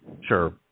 Sure